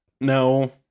No